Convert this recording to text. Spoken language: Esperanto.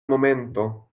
momento